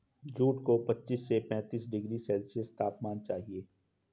jute को पच्चीस से पैंतीस डिग्री सेल्सियस तापमान चाहिए